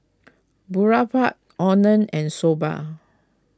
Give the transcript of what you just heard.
Boribap Oden and Soba